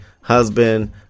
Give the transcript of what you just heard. husband